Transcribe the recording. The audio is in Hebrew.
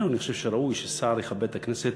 שראוי ששר יכבד את הכנסת